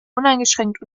uneingeschränkt